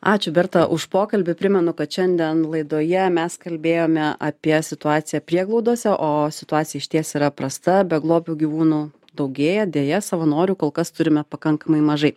ačiū berta už pokalbį primenu kad šiandien laidoje mes kalbėjome apie situaciją prieglaudose o situacija išties yra prasta beglobių gyvūnų daugėja deja savanorių kol kas turime pakankamai mažai